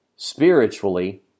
Spiritually